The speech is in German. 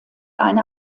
eine